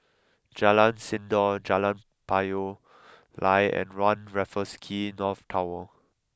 Jalan Sindor Jalan Payoh Lai and One Raffles Quay North Tower